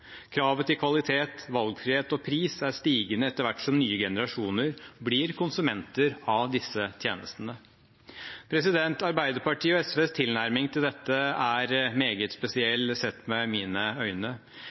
Kravet til kvalitet, valgfrihet og pris er stigende etter hvert som nye generasjoner blir konsumenter av disse tjenestene. Arbeiderpartiet og SVs tilnærming til dette er meget